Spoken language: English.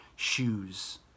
shoes